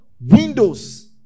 Windows